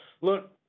Look